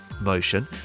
motion